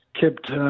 kept